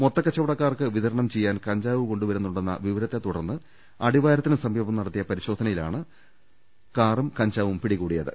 മൊത്തക്കച്ചവടക്കാർക്ക് വിതരണം ചെയ്യാൻ കഞ്ചാവ് കൊണ്ടുവരുന്നുണ്ടെന്ന വിവരത്തെതുടർന്ന് അടിവാര ത്തിന് സമീപം നടത്തിയ പരിശോധനയിലാണ് കാറും കഞ്ചാവും പിടികുടിയത്